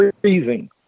freezing